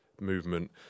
movement